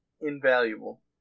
invaluable